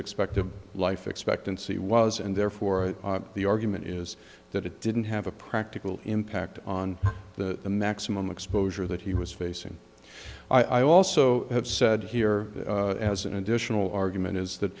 expected life expectancy was and therefore the argument is that it didn't have a practical impact on the the maximum exposure that he was facing i also have said here as an additional argument is that